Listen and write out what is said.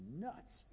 nuts